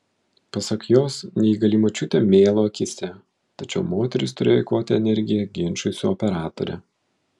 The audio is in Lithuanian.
pasak jos neįgali močiutė mėlo akyse tačiau moteris turėjo eikvoti energiją ginčui su operatore